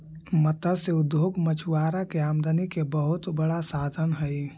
मत्स्य उद्योग मछुआरा के आमदनी के बहुत बड़ा साधन हइ